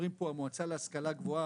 (הגדרת אחי הנספה וזכויותיו)